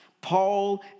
Paul